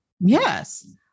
Yes